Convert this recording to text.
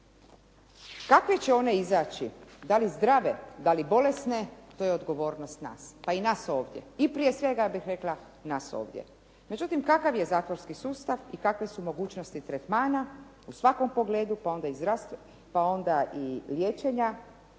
Kakve će one izaći da li zdrave, da li bolesne to je odgovornost nas, pa i nas ovdje, i prije svega ja bih rekla nas ovdje. Međutim, kakav je zatvorski sustav i kakve su mogućnosti tretmana u svakom pogledu pa onda i liječenja